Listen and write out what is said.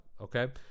okay